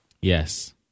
Yes